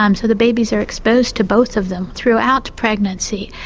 um so the babies are exposed to both of them throughout pregnancy.